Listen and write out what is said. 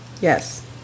Yes